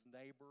neighbor